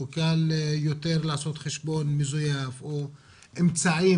או קל יותר לעשות חשבון מזויף או אמצעים